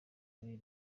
muri